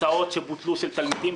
הסעות תלמידים שבוטלו,